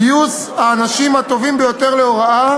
גיוס האנשים הטובים ביותר להוראה